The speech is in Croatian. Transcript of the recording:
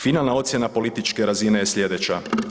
Finalna ocjena političke razine je slijedeća.